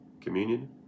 communion